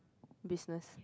business